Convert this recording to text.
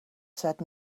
said